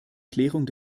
klärung